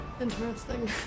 interesting